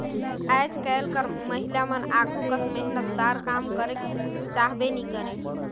आएज काएल कर महिलामन आघु कस मेहनतदार काम करेक चाहबे नी करे